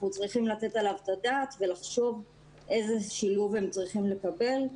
אנחנו צריכים לתת על זה את הדעת ולחשוב איזה שילוב הם צריכים לקבל.